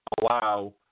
allow